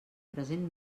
present